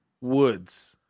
Woods